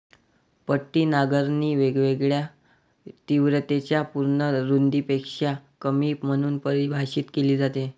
पट्टी नांगरणी वेगवेगळ्या तीव्रतेच्या पूर्ण रुंदीपेक्षा कमी म्हणून परिभाषित केली जाते